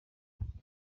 tegereza